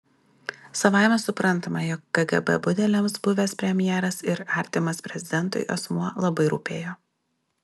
savaime suprantama jog kgb budeliams buvęs premjeras ir artimas prezidentui asmuo labai rūpėjo